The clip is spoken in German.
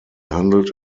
handelt